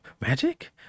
Magic